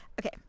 okay